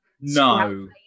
no